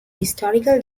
historical